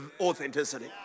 authenticity